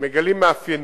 מגלים מאפיינים.